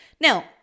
Now